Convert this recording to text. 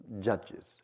judges